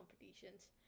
competitions